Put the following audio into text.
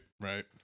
right